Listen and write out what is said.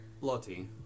Lottie